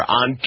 on